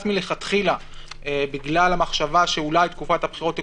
מלכתחילה בגלל המחשבה שאולי תקופת הבחירות תקוצר,